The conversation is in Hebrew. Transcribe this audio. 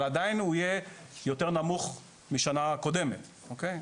אבל, עדיין הוא יהיה יותר נמוך משנה קודמת, אוקיי?